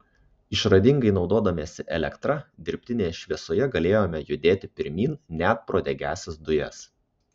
išradingai naudodamiesi elektra dirbtinėje šviesoje galėjome judėti pirmyn net pro degiąsias dujas